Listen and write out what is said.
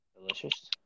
Delicious